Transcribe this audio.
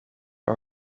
are